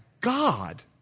God